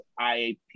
IAP